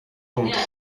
contre